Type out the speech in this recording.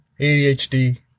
ADHD